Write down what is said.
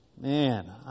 Man